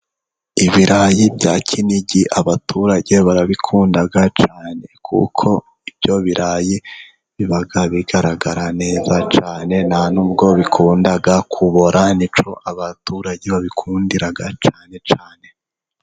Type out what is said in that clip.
Ibirayi bya Kinigi abaturage barabikunda cyane, kuko ibyo birayi biba bigaragara neza cyane, ntanubwo bikunda kubora ni cyo abaturage babikundira cyane cyane.